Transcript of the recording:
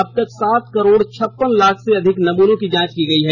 अब तक सात करोड छप्पन लाख से अधिक नमूनों की जांच की गई है